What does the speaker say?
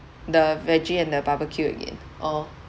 the veggie and the barbecue again or